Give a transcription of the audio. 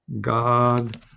God